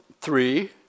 three